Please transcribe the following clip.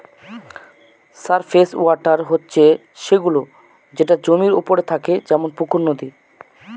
surface water হচ্ছে সে গুলো যেটা জমির ওপরে থাকে যেমন পুকুর, নদী